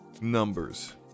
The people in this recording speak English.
numbers